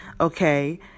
Okay